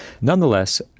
Nonetheless